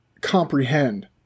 comprehend